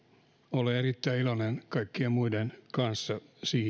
olen erittäin iloinen kaikkien muiden kanssa